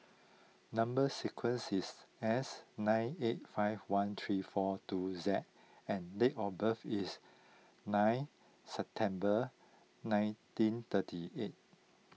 Number Sequence is S nine eight five one three four two Z and date of birth is nine September nineteen thirty eight